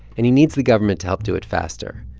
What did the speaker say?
and he needs the government to help do it faster.